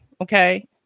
Okay